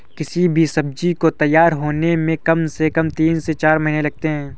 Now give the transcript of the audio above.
किसी भी सब्जी को तैयार होने में कम से कम तीन से चार महीने लगते हैं